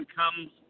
comes